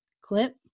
clip